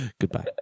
Goodbye